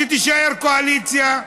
שתישאר קואליציה.